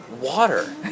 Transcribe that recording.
water